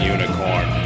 Unicorn